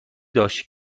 داشت